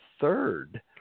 third